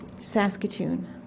Saskatoon